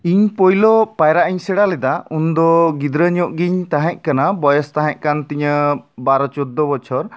ᱤᱧ ᱯᱳᱭᱞᱳ ᱯᱟᱭᱨᱟᱜ ᱤᱧ ᱥᱮᱲᱟ ᱞᱮᱫᱟ ᱩᱱ ᱫᱚ ᱜᱤᱫᱽᱨᱟᱹ ᱧᱚᱜ ᱜᱤᱧ ᱛᱟᱦᱮᱸᱫ ᱠᱟᱱᱟ ᱵᱚᱭᱚᱥ ᱛᱟᱦᱮᱸ ᱠᱟᱱ ᱛᱤᱧᱟᱹ ᱵᱟᱨᱚ ᱪᱳᱫᱽᱫᱳ ᱵᱚᱪᱷᱚᱨ